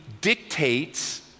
dictates